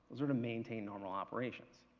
sort of maintain normal operations.